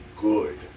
good